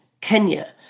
Kenya